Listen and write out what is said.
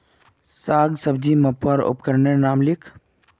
साग सब्जी मपवार उपकरनेर नाम लिख?